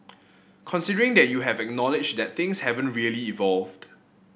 considering that you have acknowledg that things haven't really evolved